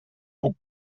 puc